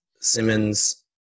Simmons